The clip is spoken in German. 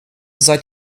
seid